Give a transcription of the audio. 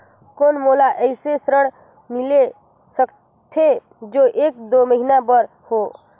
कौन मोला अइसे ऋण मिल सकथे जो एक दो महीना बर हो?